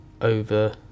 over